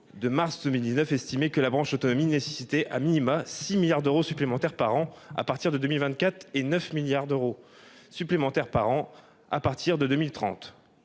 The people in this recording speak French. de mars 2019 estimait que la branche autonomie nécessiterait 6 milliards d'euros supplémentaires par an à partir de 2024 et 9 milliards d'euros supplémentaires par an à partir de 2030.